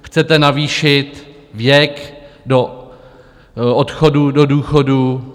Chcete navýšit věk odchodu do důchodu.